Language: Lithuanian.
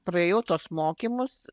praėjau tuos mokymus